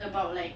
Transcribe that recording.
about like